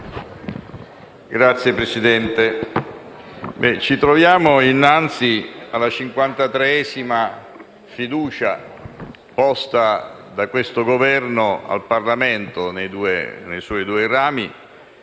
Signor Presidente, ci troviamo innanzi alla cinquantatreesima fiducia posta da questo Governo al Parlamento nei suoi due rami